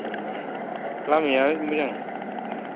लामाया मोजां